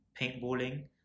paintballing